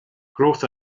growth